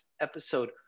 episode